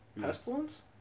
pestilence